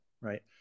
Right